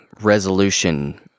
resolution